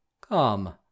come